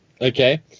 Okay